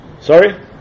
Sorry